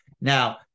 Now